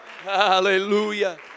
Hallelujah